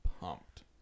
pumped